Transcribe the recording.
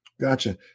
gotcha